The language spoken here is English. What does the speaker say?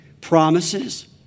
promises